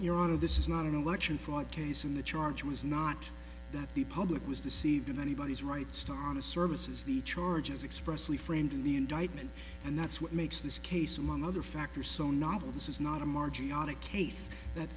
your honor this is not an election fraud case in the charge was not that the public was deceived in anybody's rights thomas services the charges expressly framed in the indictment and that's what makes this case among other factors so novel this is not a marji on a case that